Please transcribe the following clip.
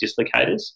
dislocators